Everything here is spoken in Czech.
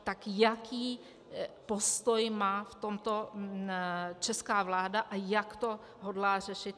Tak jaký postoj má v tomto česká vláda a jak to hodlá řešit?